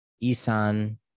Isan